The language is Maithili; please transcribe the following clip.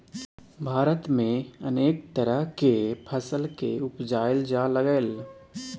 भारत में अनेक तरह के फसल के उपजाएल जा लागलइ